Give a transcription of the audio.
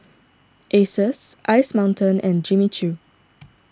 Asus Ice Mountain and Jimmy Choo